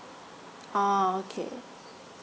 orh okay